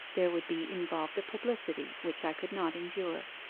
there would be involved a publicity which i could not endure,